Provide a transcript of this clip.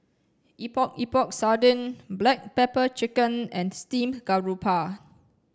Epok Epok Sardin black pepper chicken and steamed garoupa